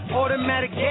automatic